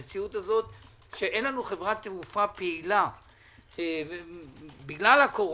המציאות הזו שאין לנו חברת תעופה פעילה בגלל הקורונה,